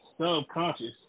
subconscious